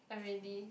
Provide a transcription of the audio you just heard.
already